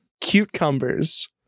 cucumbers